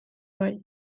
bai